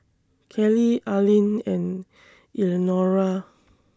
Kellie Arline and Eleanora